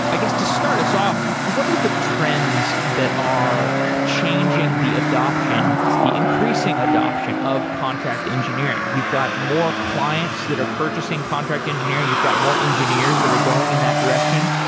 i guess, to start us off what are the trends that are changing the adoption, the increasing adoption of contract engineering? you've got more clients that are purchasing contract engineering, you've got more engineers that are going in that direction.